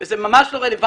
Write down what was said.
אבל זה ממש לא רלוונטי,